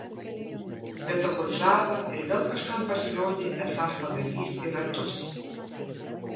bet okudžava ir vėl kažkam pasirodė esąs pagalys į ratus